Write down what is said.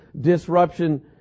disruption